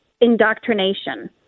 indoctrination